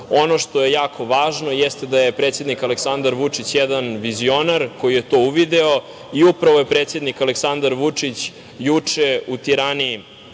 što je jako važno jeste da je predsednik Aleksandar Vučić jedan vizionar koji je to uvideo i upravo je predsednik Aleksandar Vučić juče u Tirani